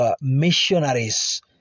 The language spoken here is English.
missionaries